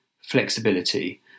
flexibility